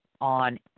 on